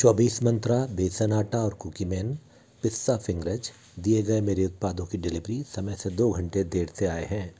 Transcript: चौबीस मंत्रा बेसन आटा और कुकी मैन पिस्सा फिंगरज़ दिए गए मेरे उत्पादों की डिलीवरी समय से दो घंटे देर से आए हैं